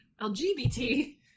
LGBT